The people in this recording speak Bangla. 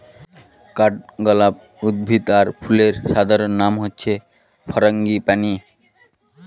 কাঠগলাপ উদ্ভিদ আর ফুলের সাধারণ নাম হচ্ছে ফারাঙ্গিপানি